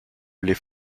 les